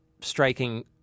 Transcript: striking